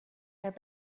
their